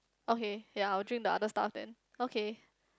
okay ya I will drink the other stuff then okay